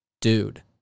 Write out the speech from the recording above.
dude